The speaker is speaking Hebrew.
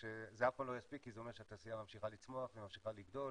זה אף פעם לא יספיק כי זה אומר שהתעשייה ממשיכה לצמוח וממשיכה לגדול.